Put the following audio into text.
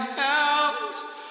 helps